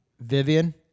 Vivian